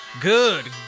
Good